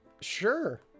Sure